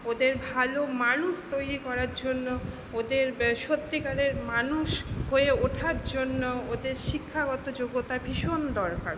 ওদের ভালো মানুষ তৈরি করার জন্য ওদের সত্যিকারের মানুষ হয়ে ওঠার জন্য ওদের শিক্ষাগত যোগ্যতা ভীষণ দরকার